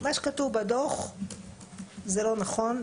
מה שכתוב בדו"ח זה לא נכון,